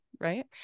right